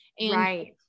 Right